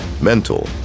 mental